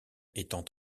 étant